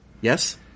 Yes